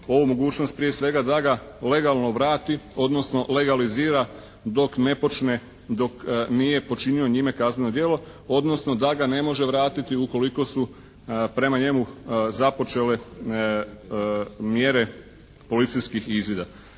ovu mogućnost prije svega da ga legalno vrati, odnosno legalizira dok ne počne, dok nije počinio njime kazneno djelo, odnosno da ga ne može vratiti ukoliko su prema njemu započele mjere policijskih izvida.